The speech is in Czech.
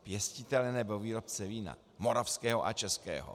Pěstitele nebo výrobce vína moravského a českého.